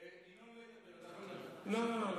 ינון לא ידבר, אתה יכול, לא לא לא.